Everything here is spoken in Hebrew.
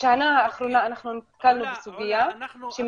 עולא, אני